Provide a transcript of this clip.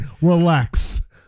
Relax